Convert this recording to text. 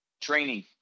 Training